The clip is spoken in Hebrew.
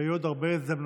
ויהיו עוד הרבה הזדמנויות.